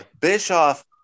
Bischoff